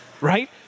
right